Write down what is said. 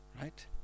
Right